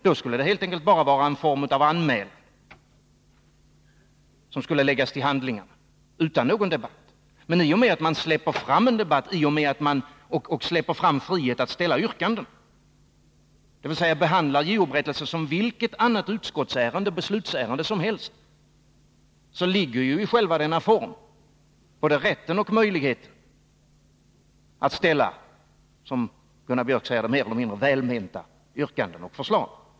Då skulle det helt enkelt Onsdagen den bara vara fråga om en form av anmälan som skulle läggas till handlingarna 10 november 1982 utan någon debatt. Men i och med att man släpper fram en debatt och friheten att framställa yrkanden — dvs. att behandla JO-berättelsen som Justitieombudsvilket annat beslutsärende som helst — ligger ju i själva formen både rätten männens verksamoch möjligheten att framställa, som Gunnar Biörck i Värmdö uttrycker det, het mer eller mindre välmenta yrkanden och förslag.